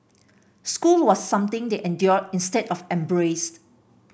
school was something they endured instead of embraced